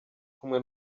kumwe